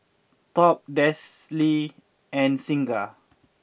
Top Delsey and Singha